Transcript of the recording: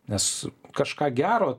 nes kažką gero